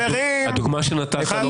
הדוגמה שנתת לא